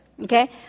okay